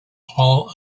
hall